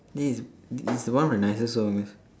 this is this is the one with the nicest one